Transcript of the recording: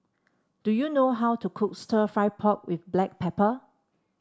do you know how to cook stir fry pork with Black Pepper